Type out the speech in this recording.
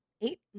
Eight